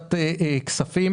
ועדת כספים.